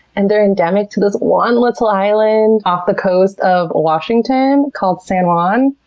and they're endemic to this one little island off the coast of washington called san juan.